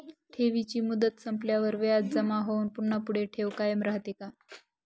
ठेवीची मुदत संपल्यावर व्याज जमा होऊन पुन्हा पुढे ठेव कायम राहते का?